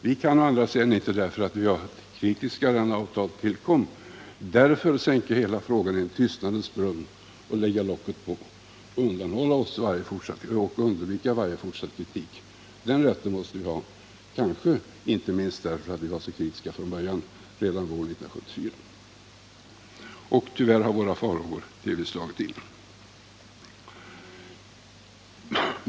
Vi kan å andra sidan inte, bara för att vi var kritiska redan när avtalet tillkom, sänka hela frågan i tystnadens brunn och lägga locket på och undvika fortsatt kritik. Rätten att kritisera måste vi ha, kanske inte minst för att vi var så kritiska från början, redan år 1974. Tyvärr har våra farhågor delvis besannats.